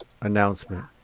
announcement